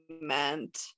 meant